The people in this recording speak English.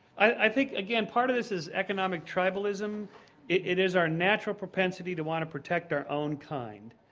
i think again part of this is economic tribalism it is our natural propensity to want to protect our own kind.